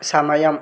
సమయం